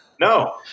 No